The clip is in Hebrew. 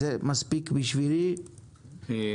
בשבילי זה